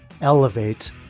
elevate